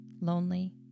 lonely